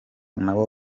nabo